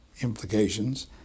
implications